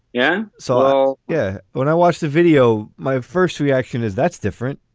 yeah, so yeah, when i watched the video, my first reaction is that's different.